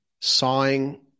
sawing